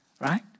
right